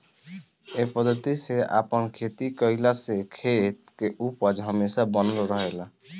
ए पद्धति से आपन खेती कईला से खेत के उपज हमेशा बनल रहेला